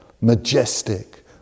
majestic